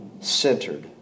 centered